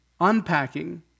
unpacking